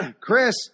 Chris